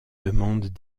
demandes